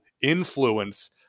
influence